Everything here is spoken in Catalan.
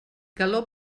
calor